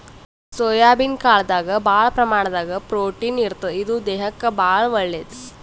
soybean ಕಾಳ್ದಾಗ್ ಭಾಳ್ ಪ್ರಮಾಣದಾಗ್ ಪ್ರೊಟೀನ್ ಇರ್ತದ್ ಇದು ದೇಹಕ್ಕಾ ಭಾಳ್ ಒಳ್ಳೇದ್